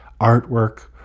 artwork